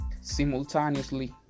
simultaneously